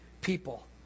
people